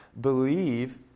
believe